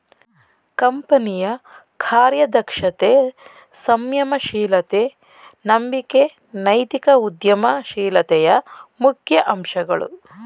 ಕಂಪನಿಯ ಕಾರ್ಯದಕ್ಷತೆ, ಸಂಯಮ ಶೀಲತೆ, ನಂಬಿಕೆ ನೈತಿಕ ಉದ್ಯಮ ಶೀಲತೆಯ ಮುಖ್ಯ ಅಂಶಗಳು